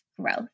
growth